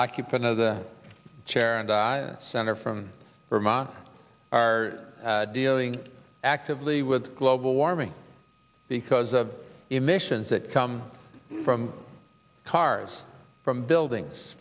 of the chair and i senator from vermont are dealing actively with global warming because of emissions that come from cars from buildings